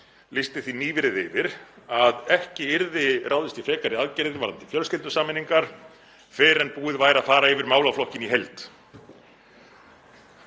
lýsti því nýverið yfir að ekki yrði ráðist í frekari aðgerðir varðandi fjölskyldusameiningar fyrr en búið væri að fara yfir málaflokkinn í heild.